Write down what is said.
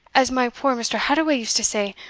as my poor mr. hadoway used to say,